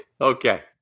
okay